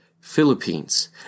Philippines